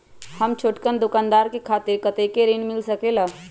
हम छोटकन दुकानदार के खातीर कतेक ऋण मिल सकेला?